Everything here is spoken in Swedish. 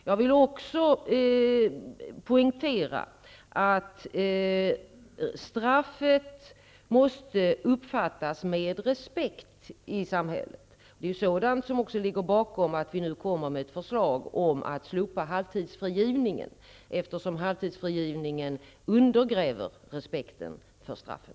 Jag vill också poängtera att straffet måste uppfattas med respekt i samhället. Det är bl.a. det som ligger bakom vårt förslag att slopa halvtidsfrigivningen. Halvtidsfrigivning undergräver respekten för straffet.